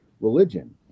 religion